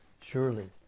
Surely